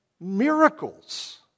miracles